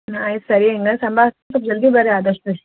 ಹಾಂ ಆಯ್ತು ಸರಿ ಜಲ್ದಿ ಬನ್ರಿ ಆದಷ್ಟು